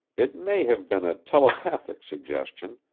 it may have been a telepathic suggestion,